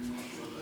נוסח הצהרת